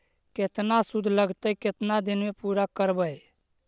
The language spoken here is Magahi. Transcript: केतना शुद्ध लगतै केतना दिन में पुरा करबैय?